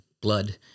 blood